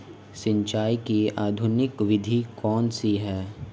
सिंचाई की आधुनिक विधि कौनसी हैं?